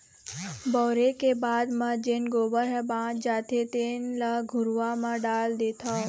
बउरे के बाद म जेन गोबर ह बाच जाथे तेन ल घुरूवा म डाल देथँव